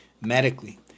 medically